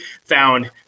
found